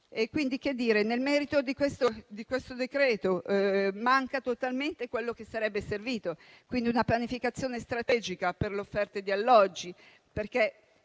al merito di questo decreto-legge, manca totalmente quello che sarebbe servito, ossia una pianificazione strategica per l'offerta di alloggi